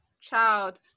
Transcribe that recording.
child